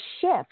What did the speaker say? shift